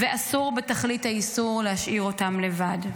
ואסור בתכלית האיסור להשאיר אותם לבד.